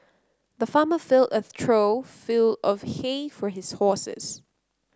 the farmer filled a trough fill of hay for his horses